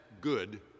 good